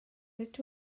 sut